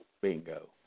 Bingo